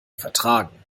vertragen